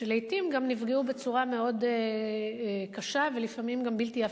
שלעתים גם נפגעו בצורה מאוד קשה ולפעמים גם בלתי הפיכה.